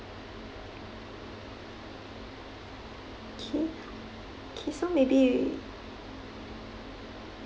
okay okay so maybe